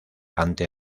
ante